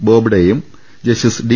ബോബ്ഡെയും justice D